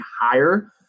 higher